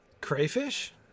Crayfish